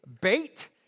bait